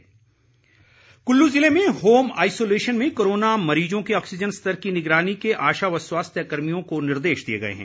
निर्देश कुल्लू ज़िले में होम आइसोलेशन में कोरोना मरीज़ों के ऑक्सीज़न स्तर की निगरानी के आशा व स्वास्थ्य कर्मियों को निर्देश दिए गए हैं